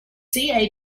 cap